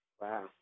Wow